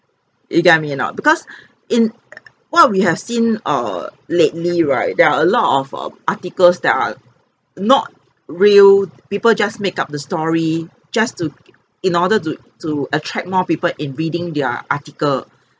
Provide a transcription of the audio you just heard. you get me or not because in err what we have seen err lately right there are a lot of err articles that are not real people just make up the story just to g~ in order to to attract more people in reading their article